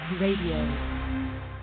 Radio